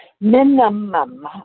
Minimum